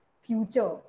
future